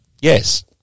Yes